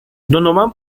donovan